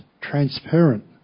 transparent